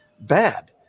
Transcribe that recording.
bad